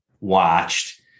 watched